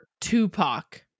Tupac